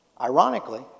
ironically